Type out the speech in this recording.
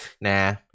nah